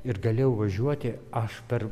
ir galėjau važiuoti aš per